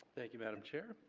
thank you, madam chair,